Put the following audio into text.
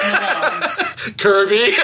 Kirby